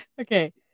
Okay